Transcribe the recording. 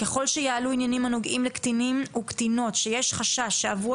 ככל שיעלו עניינים הנוגעים לקטינים ולקטינות שיש חשש שעברו